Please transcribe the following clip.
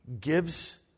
gives